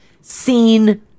seen